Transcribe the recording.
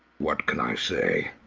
what can i say.